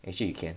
actually you can